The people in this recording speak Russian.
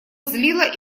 злило